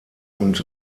und